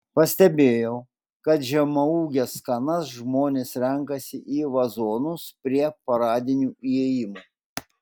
pastebėjau kad žemaūges kanas žmonės renkasi į vazonus prie paradinių įėjimų